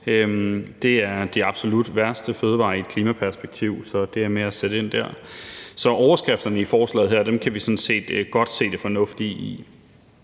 det er de absolut værste fødevarer i et klimaperspektiv, så det er med at sætte ind der. Så overskrifterne i forslaget her kan vi sådan set godt se det fornuftige i.